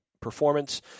performance